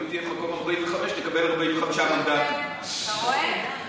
אתה רואה?